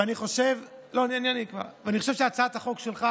אני חושב שהצעת החוק שלך